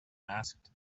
asked